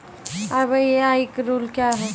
RBI का rule क्या हैं?